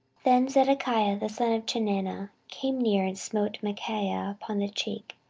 then zedekiah the son of chenaanah came near, and smote micaiah upon the cheek,